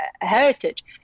heritage